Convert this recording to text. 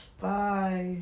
Bye